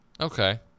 okay